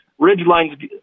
Ridgeline's